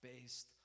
based